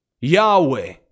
Yahweh